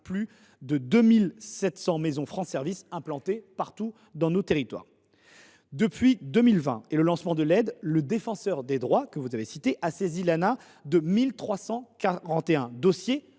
plus de 2 700 maisons France Services implantées partout dans nos territoires. Depuis 2020 et le lancement de l’aide, le Défenseur des droits a saisi l’Anah de 1 341 dossiers,